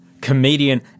comedian